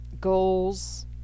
goals